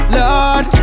Lord